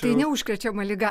tai neužkrečiama liga